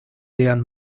lian